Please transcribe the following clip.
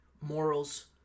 morals